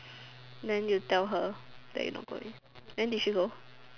then you tell her that you not going then did she go